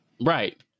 Right